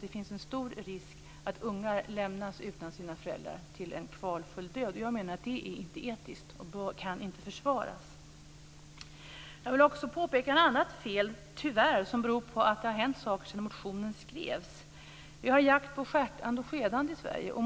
Det finns en stor risk att ungar lämnas utan sina föräldrar till en kvalfull död. Jag menar att det inte är etiskt och inte kan försvaras. Jag vill också påpeka ett annat fel. Det beror på att det har hänt saker sedan motionen skrevs.